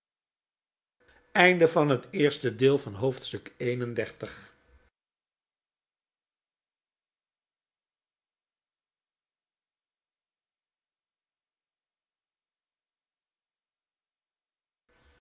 oosten van het westen van het